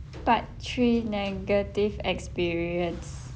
part three negative experience